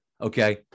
okay